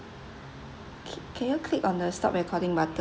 ca~ can you click on the stop recording button